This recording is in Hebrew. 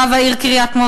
רב העיר קריית-מוצקין,